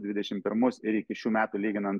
dvidešimt pirmus ir iki šių metų lyginant